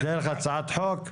דרך הצעת חוק?